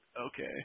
okay